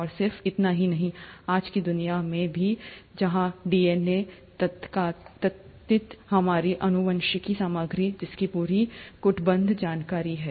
और सिर्फ इतना ही नहीं आज की दुनिया में भी जहाँ डीएनए तथाकथित हमारी अनुवांशिक सामग्री जिसकी पूरी कूटबद्ध जानकारी है